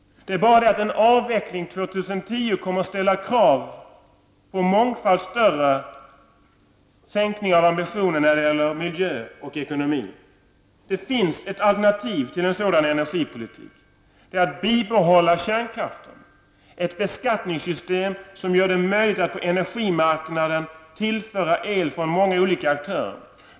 Det är bara det att en avveckling 2010 kommer att ställa krav på mångfalt större sänkning av ambitionen när det gäller miljö och ekonomi. Det finns ett alternativ till en sådan energipolitik. Det är att bibehålla kärnkraften och ha ett beskattningssystem som gör det möjligt att på energimarknaden tillföra el från många olika aktörer.